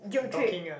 guilt trip